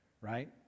Right